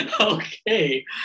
Okay